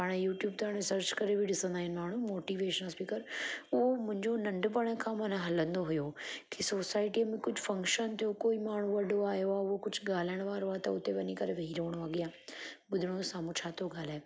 पाणि यूट्यूब था हाणे सर्च करे बि ॾिसंदा आहिनि माण्हू मोटीवेशनल स्पीकर उहो मुंहिंजो नंढपण खां माना हलंदो हुओ की सोसाइटी में कुझु फ़क्शन थी वियो कोई माण्हू वॾो आहियो आहे उहो कुझु ॻाल्हाइण वारो आहे त हुते वञी करे वही रवणो अॻियां ॿुधणो साम्हूं छा थो ॻाल्हाए